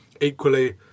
equally